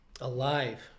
alive